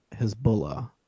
Hezbollah